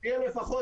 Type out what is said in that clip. שם הכלל